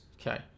Okay